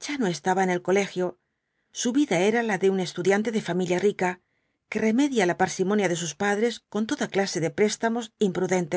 ya no estaba en el colegio su vida era la de un estudiante de familia rica que remedia la parsimonia de sus padres con toda clase de préstamos imprudentes